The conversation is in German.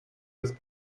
das